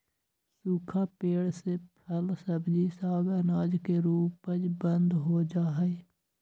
सूखा पेड़ से फल, सब्जी, साग, अनाज के उपज बंद हो जा हई